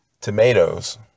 tomatoes